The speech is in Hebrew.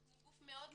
אנחנו גוף מאוד מכובד.